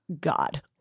God